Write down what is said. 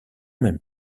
même